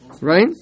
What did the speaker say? right